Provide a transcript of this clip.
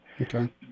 Okay